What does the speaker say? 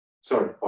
Sorry